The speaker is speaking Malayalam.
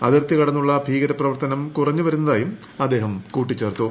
അതിർത്തി കടന്നുള്ള ഭീകര പ്രവർത്തനം കുറഞ്ഞു വരുന്നതായും അദ്ദേഹം കൂട്ടിച്ചേർത്തു